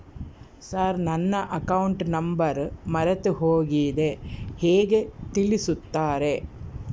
Sir ನನ್ನ account number ಮರೆತುಹೋಗಿದೆ ಹೇಗೆ ತಿಳಿಸುತ್ತಾರೆ?